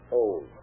old